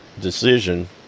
decision